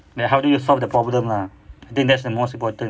like how do you solve the problem lah I think that's the most important